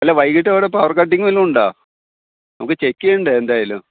അല്ല വൈകിട്ട് ഇവിടെ പവർ കട്ടിങ് എന്നും ഉണ്ടോ നമുക്ക് ചെക്ക് ചെയ്യണ്ടേ എന്തായാലും